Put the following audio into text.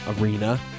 arena